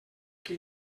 qui